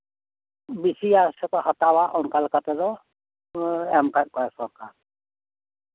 ᱵᱮᱥᱤᱭᱟᱠᱚ ᱦᱟᱛᱟᱣᱟ ᱚᱱᱠᱟ ᱞᱮᱠᱟᱛᱮ ᱮᱢ ᱠᱟᱜ ᱠᱚᱣᱟᱭ ᱥᱚᱨᱠᱟᱨ